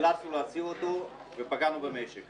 ונאלצנו להסיר אותו ופגענו במשק.